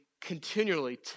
continually